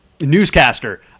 newscaster